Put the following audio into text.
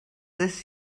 this